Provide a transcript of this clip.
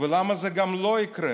ולמה זה גם לא יקרה?